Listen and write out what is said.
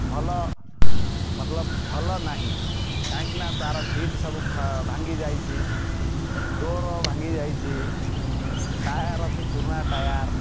ଭଲ ମତଲବ୍ ଭଲ ନାହିଁ କାହିଁକି ନା ତାର ସିଟ୍ ସବୁ ଭାଙ୍ଗି ଯାଇଛି ଡୋର୍ ଭାଙ୍ଗି ଯାଇଛି ଟାୟାର୍ ଅତି ପୁରୁଣା ଟାୟାର୍